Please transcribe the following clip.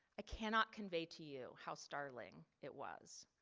i cannot convey to you how startling it was.